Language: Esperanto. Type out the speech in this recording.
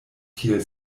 tiel